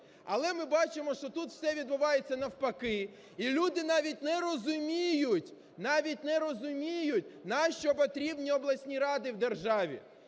Але ми бачимо, що тут все відбувається навпаки. І люди навіть не розуміють, навіть не розуміють, нащо потрібні обласні ради в державі.